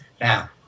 Now